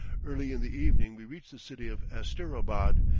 early in the evening we reach the city of asterabad,